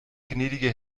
gnädige